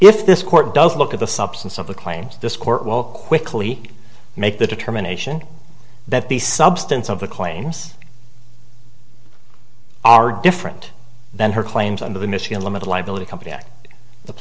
if this court does look at the substance of the claims this court will quickly make the determination that the substance of the claims are different than her claims under the michigan limited liability company act the